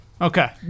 Okay